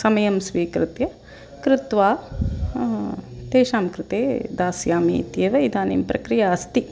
समयं स्वीकृत्य कृत्वा तेषां कृते दास्यामि इत्येव इदानीं प्रक्रिया अस्ति